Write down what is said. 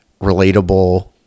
relatable